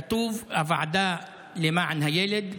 כתוב: הוועדה למען הילד,